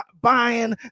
buying